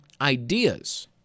ideas